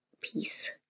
peace